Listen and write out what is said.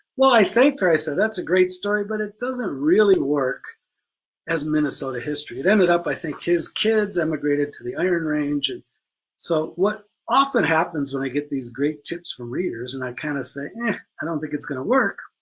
well i thank her i said that's a great story but it doesn't really work as minnesota history. it ended up i think his kids emigrated to the iron range. and so what often happens when i get these great tips from readers and i kind of say yeah i don't think it's gonna work,